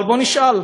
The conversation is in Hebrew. אבל בואו נשאל,